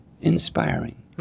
inspiring